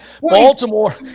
Baltimore